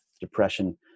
depression